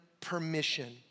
permission